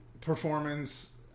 performance